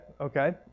Okay